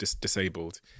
Disabled